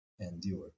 endure